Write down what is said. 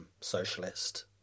socialist